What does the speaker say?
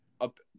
Up